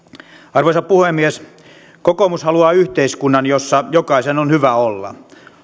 arvoisa puhemies kokoomus haluaa yhteiskunnan jossa jokaisen on hyvä olla